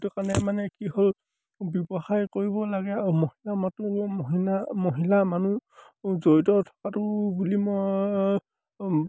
সেইটো কাৰণে মানে কি হ'ল ব্যৱসায় কৰিব লাগে আৰু মহিলা মানুহ জড়িত থকাটো বুলি মই